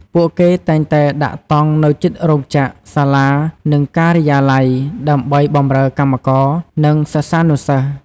ពួកគេតែងតែដាក់តង់នៅជិតរោងចក្រ សាលា និងការិយាល័យ ដើម្បីបម្រើកម្មករ និងសិស្សានុសិស្ស។